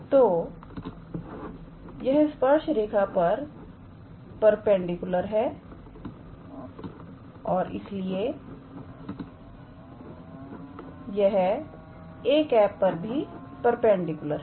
तो यह स्पर्श रेखा पर परपेंडिकुलर है और इसलिए यह 𝑎̂ पर भी परपेंडिकुलर है